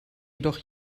jedoch